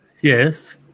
Yes